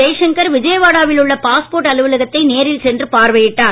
ஜெய்சங்கர் விஜயவாடாவில் உள்ள பாஸ்போர்ட் அலுவலகத்தை நேரில் சென்று பார்வையிட்டார்